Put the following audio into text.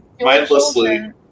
mindlessly